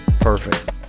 Perfect